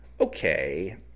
Okay